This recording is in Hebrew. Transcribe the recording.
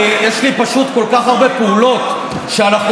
יש לי פשוט כל כך הרבה פעולות שאנחנו